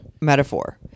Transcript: metaphor